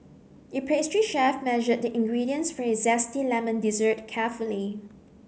the pastry chef measured the ingredients for a zesty lemon dessert carefully